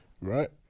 right